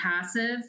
passive